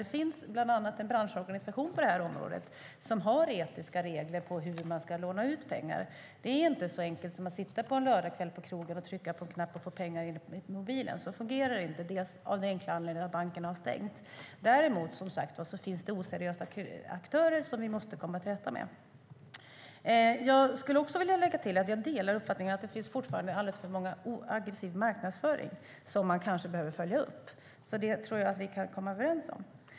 Det finns bland annat en branschorganisation på området som har etiska regler för hur man ska låna ut pengar. Det är inte så enkelt som att sitta en lördagskväll på krogen och trycka på en knapp på mobilen och få pengar. Det fungerar inte på det sättet, av den enkla anledningen att bankerna har stängt. Däremot finns det oseriösa aktörer som vi måste komma till rätta med. Jag skulle också vilja tillägga att jag delar uppfattningen att det fortfarande finns alldeles för mycket aggressiv marknadsföring som kanske behöver följas upp. Det tror jag att vi kan komma överens om.